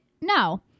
No